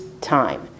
time